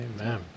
Amen